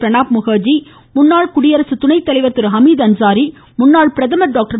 பிரணாப் முகா்ஜி முன்னாள் குடியரசு துணைத்தலைவா் ஹமீத் அன்சாரி முன்னாள் பிரதமர் டாக்டர்